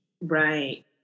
Right